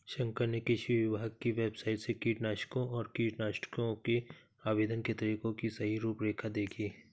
शंकर ने कृषि विभाग की वेबसाइट से कीटनाशकों और कीटनाशकों के आवेदन के तरीके की सही रूपरेखा देखी